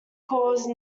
caused